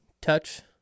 touch